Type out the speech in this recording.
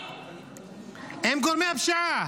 עם גורמי הפשיעה.